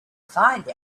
find